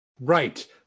right